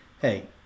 Hey